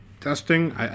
testing